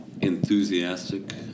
enthusiastic